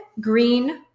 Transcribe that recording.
green